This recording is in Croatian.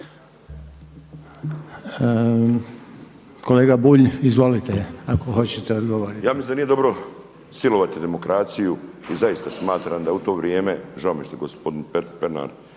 Kolega Bulj, izvolite ako hoćete odgovoriti. **Bulj, Miro (MOST)** Ja mislim da nije dobro silovati demokraciju. I zaista smatram da u to vrijeme, žao mi je što je gospodin Pernar